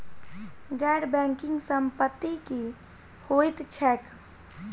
गैर बैंकिंग संपति की होइत छैक?